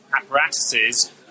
apparatuses